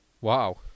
Wow